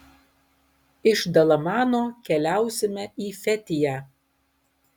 iš dalamano keliausime į fetiją